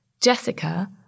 Jessica